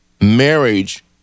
marriage